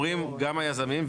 אומרים גם היזמים,